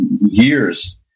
years